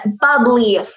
bubbly